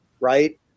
right